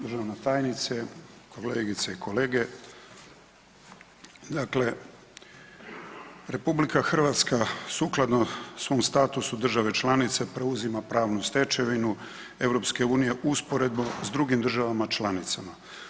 Državna tajnice, kolegice i kolege dakle RH sukladno svom statusu države članice preuzima pravnu stečevinu EU usporedno s drugim državama članicama.